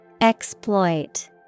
Exploit